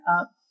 up